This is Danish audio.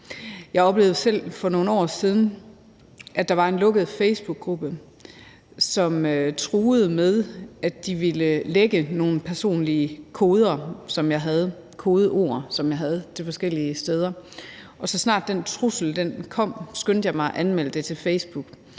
Jeg oplevede selv for nogle år siden, at der var en lukket facebookgruppe, som truede med at ville lække nogle personlige kodeord, som jeg havde til forskellige steder, og så snart den trussel kom, skyndte jeg mig at anmelde det til Facebook.